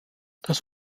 das